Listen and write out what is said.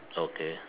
okay